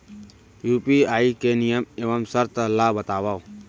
UPI के नियम एवं शर्त ला बतावव